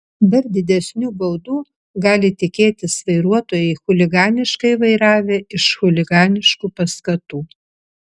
dar didesnių baudų gali tikėtis vairuotojai chuliganiškai vairavę iš chuliganiškų paskatų